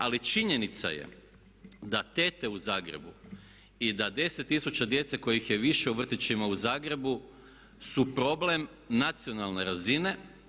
Ali činjenica je da tete u Zagrebu i da 10000 djece kojih je više u vrtićima u Zagrebu su problem nacionalne razine.